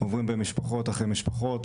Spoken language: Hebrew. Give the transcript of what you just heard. עוברים בו משפחות אחרי משפחות,